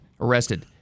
arrested